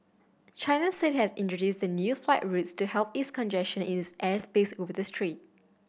China said it had introduced the new flight routes to help ease congestion in its airspace over the strait